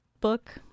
book